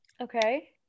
Okay